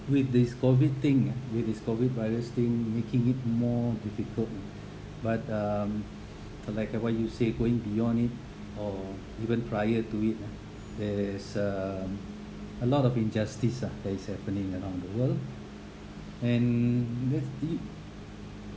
with this COVID thing ah with this COVID virus thing making it more difficult but um like uh what you say going beyond it or even prior to it ah there's uh a lot of injustice ah that is happening around the world and this this